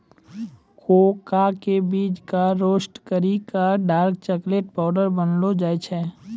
cocoa के बीज कॅ रोस्ट करी क डार्क चाकलेट पाउडर बनैलो जाय छै